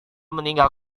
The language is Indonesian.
meninggal